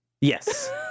Yes